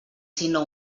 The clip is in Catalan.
sinó